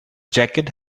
jacket